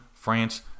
France